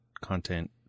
content